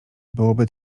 byłoby